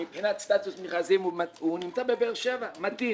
באר שבע מבחינת סטטוס מכרזים נמצא בבאר שבע, מתאים